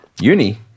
Uni